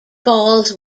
falls